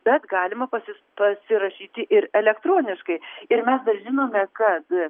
bet galima pasi pasirašyti ir elektroniškai ir mes dar žinome kad